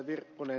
virkkunen